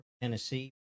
Tennessee